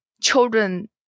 children